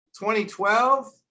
2012